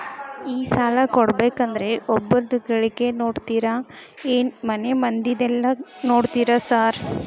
ಈ ಸಾಲ ಕೊಡ್ಬೇಕಂದ್ರೆ ಒಬ್ರದ ಗಳಿಕೆ ನೋಡ್ತೇರಾ ಏನ್ ಮನೆ ಮಂದಿದೆಲ್ಲ ನೋಡ್ತೇರಾ ಸಾರ್?